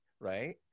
right